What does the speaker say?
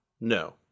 no